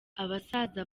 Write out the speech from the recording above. abasaza